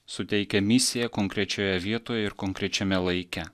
suteikia misiją konkrečioje vietoje ir konkrečiame laike